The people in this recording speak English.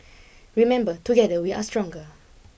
remember together we are stronger